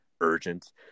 urgent